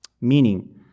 meaning